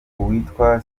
uwitwa